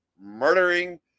murdering